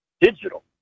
digital